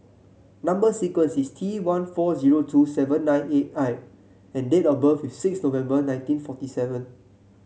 number sequence is T one four zero two seven nine eight I and date of birth is six November nineteen forty seven